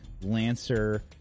Lancer